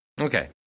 Okay